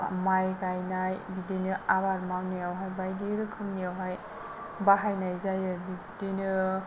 माइ गायनाय बिदिनो आबाद मावनायावहाय बायदि रोखोमनियावहाय बाहायनाय जायो बिब्दिनो